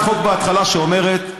אדוני היושב-ראש,